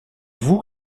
vous